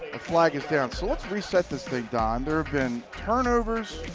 a flag is down. so let's reset this thing, donn. there have been turnovers,